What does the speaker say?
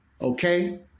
Okay